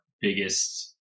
biggest